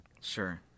Sure